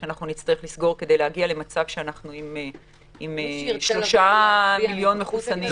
שאנחנו נצטרך לסגור כדי להגיע למצב שאנחנו עם 3 מיליון מחוסנים.